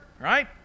right